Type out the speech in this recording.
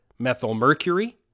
methylmercury